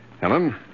Helen